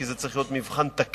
כי זה צריך להיות מבחן תקף,